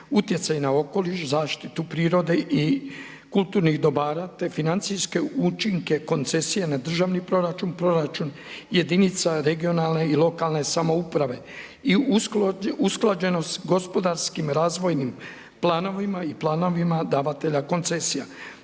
utjecaj na okoliš, zaštitu prirode i kulturnih dobara te financijske učinke koncesije na državni proračun, proračun jedinica regionalne i lokalne samouprave i usklađenost gospodarskim razvojnim planovima i planovima davatelja koncesija,